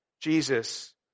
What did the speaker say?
Jesus